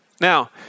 Now